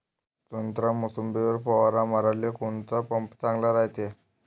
संत्रा, मोसंबीवर फवारा माराले कोनचा पंप चांगला रायते?